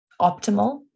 optimal